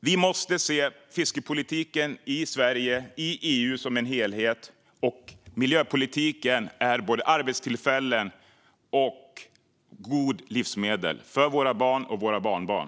Vi måste se fiskepolitiken i Sverige och i EU som en helhet. Miljöpolitiken innebär både arbetstillfällen och goda livsmedel för våra barn och barnbarn.